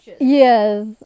yes